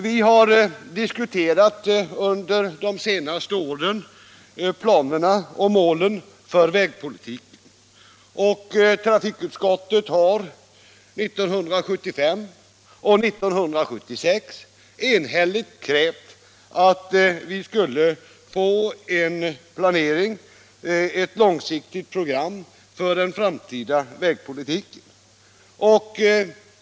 Vi har under de senaste åren diskuterat planerna och målen för vägpolitiken, och trafikutskottet har 1975 och 1976 enhälligt krävt att vi skulle få en planering, ett långsiktigt program för den framtida vägpolitiken.